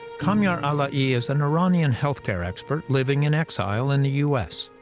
kamiar alaei is an iranian health care expert living in exile in the u s.